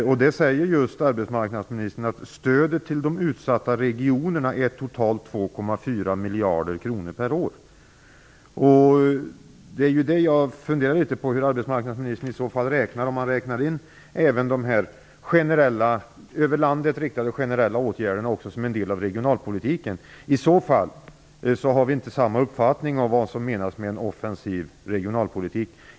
Där säger arbetsmarknadsministern att stödet till de utsatta regionerna är totalt 2,4 miljarder kronor per år. Jag funderar litet på hur arbetsmarknadsministern i så fall räknar. Räknar han även de över landet riktade generella åtgärderna som en del av regionalpolitiken? I så fall har vi inte samma uppfattning om vad som menas med en offensiv regionalpolitik.